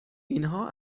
اینها